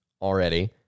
already